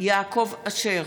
יעקב אשר,